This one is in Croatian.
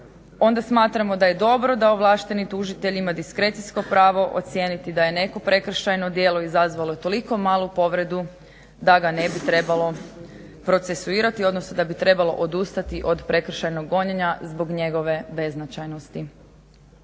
onda smatramo da je dobro da ovlašteni tužitelj ima diskrecijsko pravo ocijeniti da je neko prekršajno djelo izazvalo toliko malu povredu da ga ne bi trebalo procesuirati odnosno da bi trebalo odustati od prekršajnog gonjenje zbog njegove beznačajnosti.